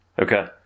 Okay